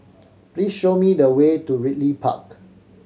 please show me the way to Ridley Park